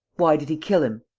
why did he kill him?